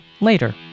later